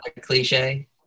cliche